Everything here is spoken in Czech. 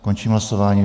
Končím hlasování.